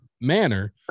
manner